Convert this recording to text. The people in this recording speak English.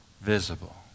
visible